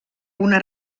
una